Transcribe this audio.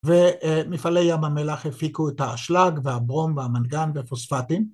‫ומפעלי ים המלח הפיקו את האשלג ‫והברום והמנגן והפוספטים.